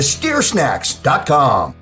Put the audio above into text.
Steersnacks.com